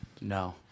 No